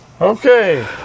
Okay